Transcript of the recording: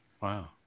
Wow